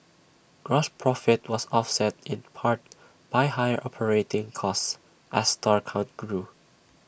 gross profit was offset in part by higher operating costs as store count grew